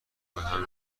بهم